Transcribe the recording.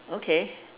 okay